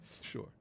Sure